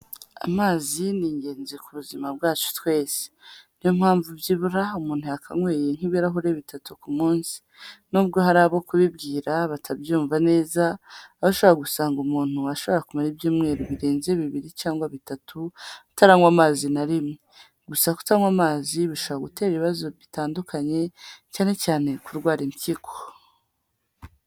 Amazi ni ingenzi ku buzima bwacu twese, niyo mpamvu byibura umuntu yakanyweye nk'ibirahuri bitatu ku munsi, n'ubwo hari abo kubibwira batabyumva neza aho ushobora gusanga umuntu ashobora kumara ibyumweru birenze bibiri cyangwa bitatu ataranywa amazi na rimwe, gusa kutanywa amazi bishobora gutera ibibazo bitandukanye, cyane cyane kurwara impyiko.